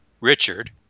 Richard